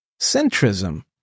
centrism